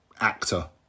actor